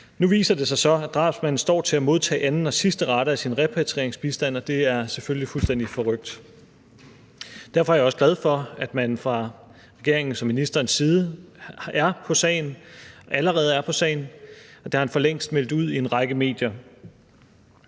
Nu viser det sig så, at drabsmanden står til at modtage anden og sidste rate af sin repatrieringsbistand, og det er selvfølgelig fuldstændig forrykt. Derfor er jeg også glad for, at man fra regeringens og fra ministerens side allerede er på sagen, og det har ministeren for længst meldt ud i en række medier.